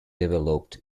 developed